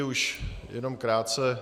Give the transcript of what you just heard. Už jenom krátce.